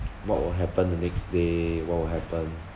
what will happen the next day what will happen